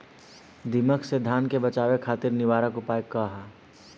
दिमक से धान के बचावे खातिर निवारक उपाय का ह?